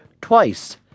twice